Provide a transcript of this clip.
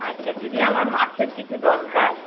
আচ্ছা দিদি আমার মাছের কিছু দরকার